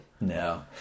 No